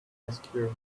askew